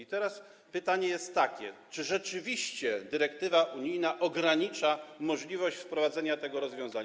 I teraz pytanie jest takie: Czy rzeczywiście dyrektywa unijna ogranicza możliwość wprowadzenia tego rozwiązania?